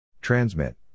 Transmit